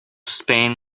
spain